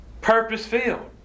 purpose-filled